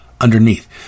underneath